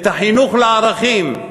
את החינוך לערכים,